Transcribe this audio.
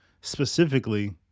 specifically